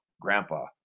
grandpa